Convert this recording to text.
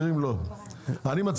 המקומית.